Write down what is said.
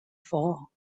fall